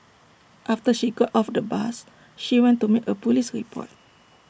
after she got off the bus she went to make A Police report